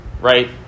right